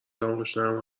دماغشونو